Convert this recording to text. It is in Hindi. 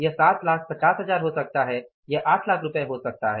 यह 7 लाख 50 हजार हो सकता है यह 8 लाख रुपये का हो सकता है